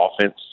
offense